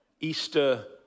Easter